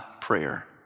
prayer